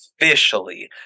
officially